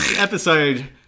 episode